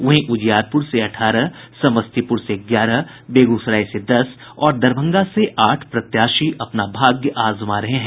वहीं उजियारपुर से अठारह समस्तीपूर से ग्यारह बेगूसराय से दस और दरभंगा से आठ प्रत्याशी अपना भाग्य आजमा रहे हैं